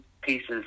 pieces